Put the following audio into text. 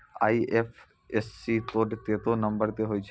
IFSC code केत्ते number के होय छै